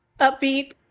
upbeat